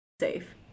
safe